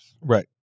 right